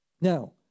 Now